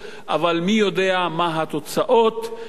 אבל מי יודע מה התוצאות של